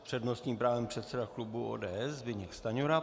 S přednostním právem předseda klubu ODS Zbyněk Stanjura.